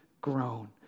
grown